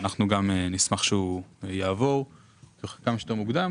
אנחנו גם נשמח שהוא יעבור כמה שיורת מוקדם